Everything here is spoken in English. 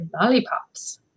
lollipops